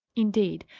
indeed,